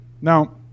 Now